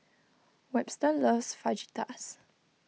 Webster loves Fajitas